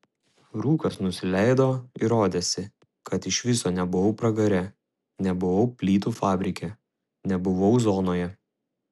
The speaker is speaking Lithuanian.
rūkas nusileido ir rodėsi kad iš viso nebuvau pragare nebuvau plytų fabrike nebuvau zonoje